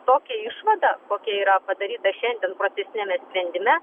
tokia išvada kokia yra padaryta šiandien procesiniame sprendime